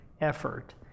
effort